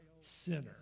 sinner